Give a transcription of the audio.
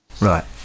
Right